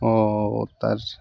ও তার